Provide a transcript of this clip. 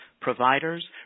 providers